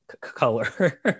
color